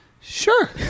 Sure